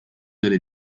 delle